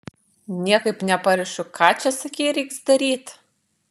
niekaip neparišu ką čia sakei reiks daryt